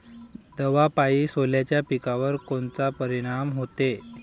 दवापायी सोल्याच्या पिकावर कोनचा परिनाम व्हते?